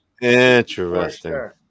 Interesting